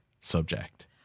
subject